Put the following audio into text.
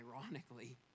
ironically